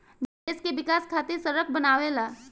देश के विकाश खातिर सड़क बनावेला